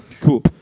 Cool